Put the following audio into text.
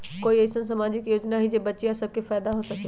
कोई अईसन सामाजिक योजना हई जे से बच्चियां सब के फायदा हो सके?